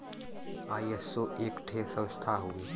ISO एक ठे संस्था हउवे